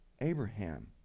Abraham